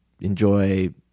enjoy